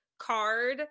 card